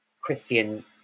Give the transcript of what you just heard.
Christian